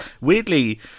Weirdly